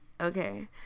Okay